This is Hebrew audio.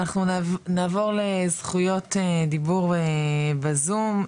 אנחנו נעבור לזכויות דיבור למשתתפים ב-zoom.